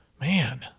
Man